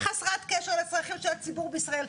חסרת קשר לצרכים של הציבור בישראל,